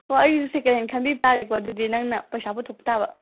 ꯍꯣ ꯑꯩꯁꯨ second hand ꯈꯟꯕꯤꯕ ꯇꯥꯔꯦꯀꯣ ꯑꯗꯨꯗꯤ ꯅꯪꯅ ꯄꯩꯁꯥ ꯄꯨꯊꯣꯛꯄ ꯇꯥꯕ